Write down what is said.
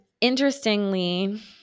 interestingly